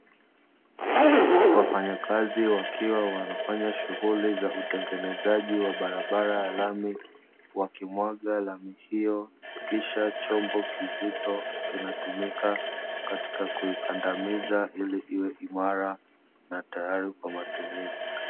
Wafanyakazi wakiwa wanafanya shughuli ya utengenezaji wa barabara ya lami wakimwaga lami hiyo, kisha chombo kizito kinatumika katika kuikandamiza ili iwe imara na tayari kwa matumizi.